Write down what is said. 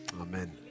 amen